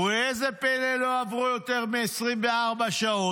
וראה זה פלא, לא עברו יותר מ-24 שעות,